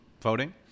voting